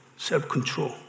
Self-control